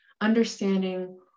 understanding